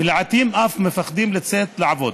ולעיתים אף מפחדים לצאת לעבוד,